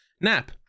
Nap